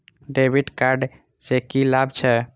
डेविट कार्ड से की लाभ छै?